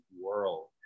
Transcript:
world